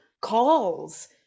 calls